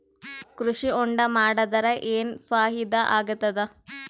ಕೃಷಿ ಹೊಂಡಾ ಮಾಡದರ ಏನ್ ಫಾಯಿದಾ ಆಗತದ?